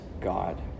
God